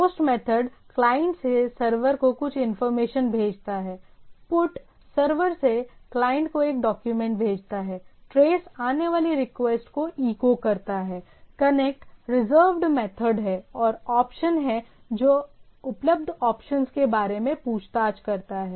POST method client से server को कुछ इंफॉर्मेशन भेजता है PUT सर्वर से क्लाइंट को एक डॉक्यूमेंट भेजता है TRACE आने वाले रिक्वेस्ट को इको करता है CONNECT रिजर्वड मेथड है और OPTION है जो उपलब्ध ऑप्शंस के बारे में पूछताछ करता है